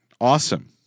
Awesome